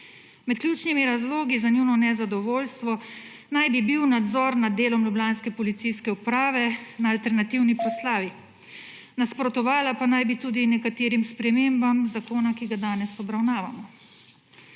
Med ključnimi razlogi za njuno nezadovoljstvo naj bi bil nadzor nad delom ljubljanske policijske uprave na alternativni proslavi. Nasprotovala pa naj bi tudi nekaterim spremembam zakona, ki ga danes obravnavamo.